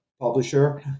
publisher